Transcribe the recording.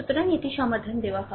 সুতরাং এটি সমাধান দেওয়া হয়